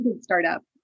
startup